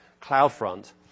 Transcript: CloudFront